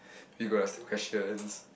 you got the same questions